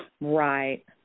Right